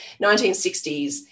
1960s